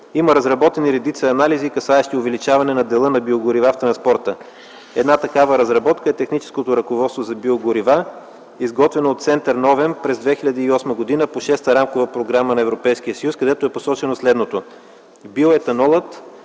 Има разработени редица анализи, касаещи увеличаване на дела на биогорива в транспорта. Една такава разработка е техническото ръководство за биогорива, изготвено от Център „Новум” през 2008 г. по Шеста рамкова програма на Европейския съюз, където е посочено следното: биоетанолът